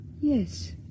Yes